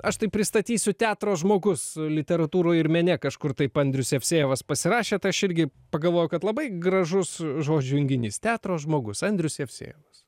aš tai pristatysiu teatro žmogus literatūroj ir mene kažkur taip andrius jevsejevas pasirašėte aš irgi pagalvojau kad labai gražus žodžių junginys teatro žmogus andrius jevsejevas